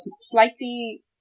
slightly